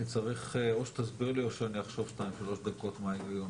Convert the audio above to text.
או שתסביר לי או שאני אחשוב שתיים-שלוש דקות מה ההיגיון